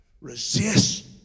resist